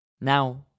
Now